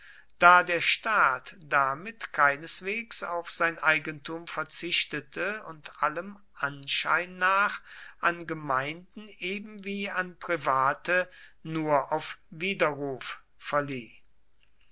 da der staat damit keineswegs auf sein eigentum verzichtete und allem anschein nach an gemeinden eben wie an private nur auf widerruf verlieh